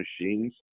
machines